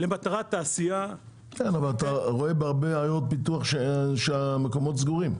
אבל אתה רואה בהרבה עיירות פיתוח שהמקומות סגורים,